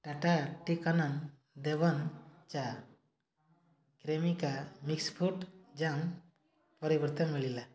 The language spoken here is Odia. ଟାଟା ଟି କାନନ ଦେବନ୍ ଚା କ୍ରେମିକା ମିକ୍ସ୍ ଫ୍ରୁଟ୍ ଜାମ୍ ପରିବର୍ତ୍ତେ ମିଳିଲା